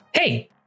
Hey